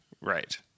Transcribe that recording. Right